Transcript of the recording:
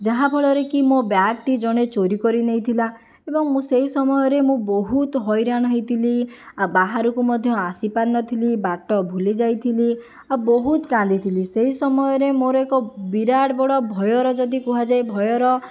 ଯାହାଫଳରେ କି ମୋ ବ୍ୟାଗଟି ଜଣେ ଚୋରି କରି ନେଇଥିଲା ଏବଂ ମୁଁ ସେହି ସମୟରେ ମୁଁ ବହୁତ ହଇରାଣ ହେଇଥିଲି ଆଉ ବାହାରକୁ ମଧ୍ୟ ଆସି ପାରୁନଥିଲି ବାଟ ଭୁଲିଯାଇଥିଲି ଆଉ ବହୁତ କାନ୍ଦିଥିଲି ସେହି ସମୟରେ ମୋର ଏକ ବିରାଟ ବଡ଼ ଭୟର ଯଦି କୁହାଯାଏ ଭୟର